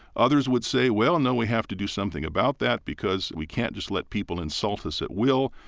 others would say, well, no, we have to do something about that because we can't just let people insult us at will.